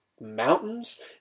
mountains